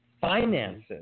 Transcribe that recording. Finances